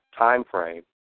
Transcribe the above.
timeframe